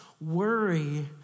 Worry